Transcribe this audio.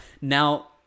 Now